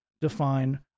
define